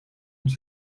het